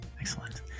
Excellent